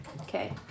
Okay